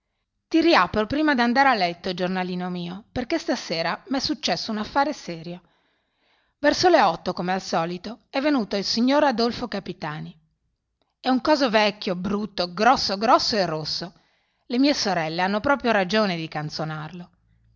ti riapro prima d'andare a letto giornalino mio perché stasera m'è successo un affare serio verso le otto come al solito è venuto il signor adolfo capitani è un coso vecchio brutto grosso grosso e rosso le mie sorelle hanno proprio ragione di